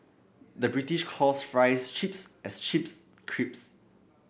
the British calls fries chips as chips crisps